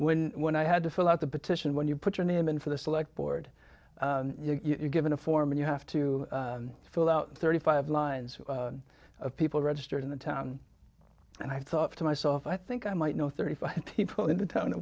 when when i had to fill out the petition when you put your name in for the select board you're given a form you have to fill out thirty five lines of people registered in the town and i thought to myself i think i might know thirty five people in the town